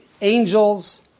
angels